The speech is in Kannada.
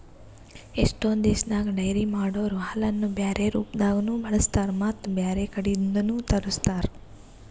ಎಷ್ಟೋ ದೇಶದಾಗ ಡೈರಿ ಮಾಡೊರೊ ಹಾಲನ್ನು ಬ್ಯಾರೆ ರೂಪದಾಗನೂ ಬಳಸ್ತಾರ ಮತ್ತ್ ಬ್ಯಾರೆ ಕಡಿದ್ನು ತರುಸ್ತಾರ್